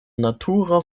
natura